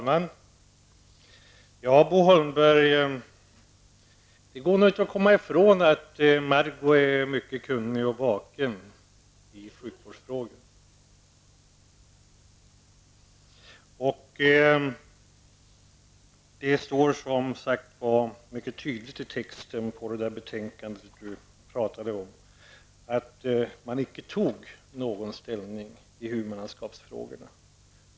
Herr talman! Det går inte att komma ifrån, Bo Holmberg, att Margó Ingvardsson är mycket kunnig och vaken i sjukvårdsfrågor. Det står mycket tydligt i texten i det betänkande som Bo Holmberg pratade om att man icke tog ställning i huvudmannaskapsfrågorna.